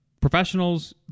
professionals